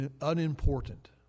unimportant